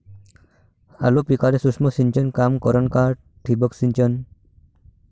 आलू पिकाले सूक्ष्म सिंचन काम करन का ठिबक सिंचन?